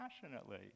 passionately